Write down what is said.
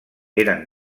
eren